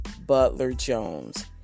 Butler-Jones